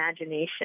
imagination